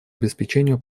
обеспечению